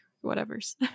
whatever's